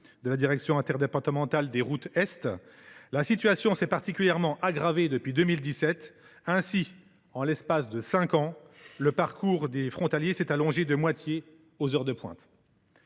de la direction interdépartementale des routes Est, la situation s’est particulièrement aggravée depuis 2017. Ainsi, en l’espace de cinq ans, le temps de parcours des frontaliers s’est allongé de moitié aux heures de pointe.